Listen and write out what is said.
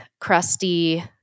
crusty